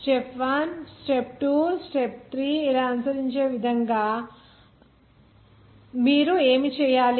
step 1 step 2 step 3 ఇలా అనుసరించే విధంగా మీరు ఏమి చేయాలి